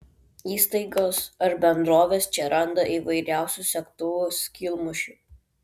įstaigos ar bendrovės čia randa įvairiausių segtuvų skylmušių